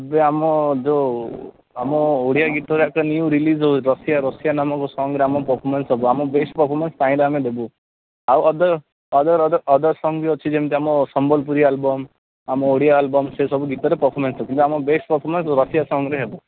ଏବେ ଆମ ଯେଉଁ ଆମ ଓଡ଼ିଆ ଗୀତ ଯାକ ନ୍ୟୁ ରିଲିଜ୍ ହେଉଛି ରସିଆ ରସିଆ ନାମକ ସଙ୍ଗ୍ରେ ଆମ ପର୍ଫୋମାନ୍ସ ହେବ ଆମ ବେଷ୍ଟ ପର୍ଫୋମାନ୍ସ ଚାହିଁଲେ ଆମେ ଦେବୁ ଆଉ other other other other song ବି ଅଛି ଯେମତି ଆମ ସମ୍ବଲପୁରୀ ଆଲବମ୍ ଆମ ଓଡ଼ିଆ ଆଲବମ୍ ସେସବୁ ଗୀତରେ ପର୍ଫୋମାନ୍ସ ଅଛି କିନ୍ତୁ ଆମ ବେଷ୍ଟ ପର୍ଫୋମାନ୍ସ ରସିଆ ସଙ୍ଗ୍ରେ ହେବ